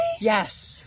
yes